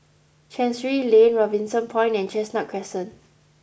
Chancery Lane Robinson Point and Chestnut Crescent